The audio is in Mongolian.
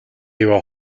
яваа